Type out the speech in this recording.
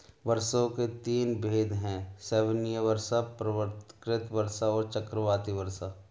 वर्षा के तीन भेद हैं संवहनीय वर्षा, पर्वतकृत वर्षा और चक्रवाती वर्षा